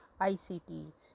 ICTs